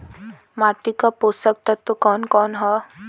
माटी क पोषक तत्व कवन कवन ह?